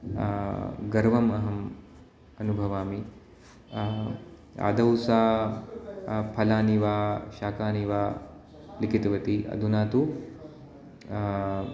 गर्वं अहं अनुभवामि आदौ सा फलानि वा शाकानि वा लिकितवती अधुना तु